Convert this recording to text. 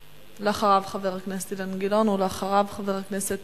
לאחריו, חבר הכנסת